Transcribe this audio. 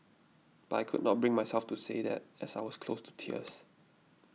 but I could not bring myself to say that as I was close to tears